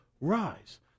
rise